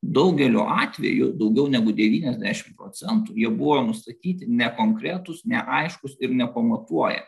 daugeliu atvejų daugiau negu devyniasdešim procentų jie buvo nustatyti nekonkretūs neaiškūs ir nepamatuoja